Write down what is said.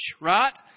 right